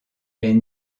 est